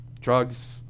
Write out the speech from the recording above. Drugs